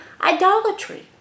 idolatry